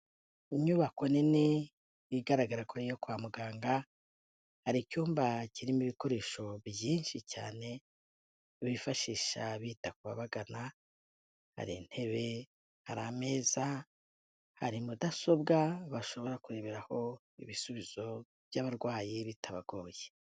Inyubako nini igaragara ko ari iyo kwa muganga, hari icyumba kirimo ibikoresho byinshi cyane bifashisha bita ku babagana, hari intebe, hari ameza, hari mudasobwa bashobora kureberaho ibisubizo by'abarwayi bitabagoye.